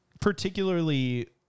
particularly